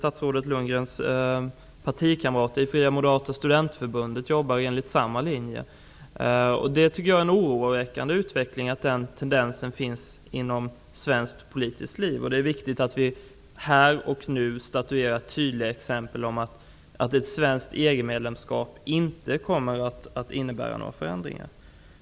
Statsrådet Lundgrens partikamrater i Fria moderata studentförbundet jobbar enligt samma linje. Det är oroande att den tendensen finns inom svenskt politiskt liv. Det är därför viktigt att vi här och nu statuerar tydliga exempel och att vi klargör att ett svenskt EG medlemskap inte kommer att innebära några förändringar.